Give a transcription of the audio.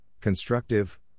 constructive